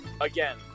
again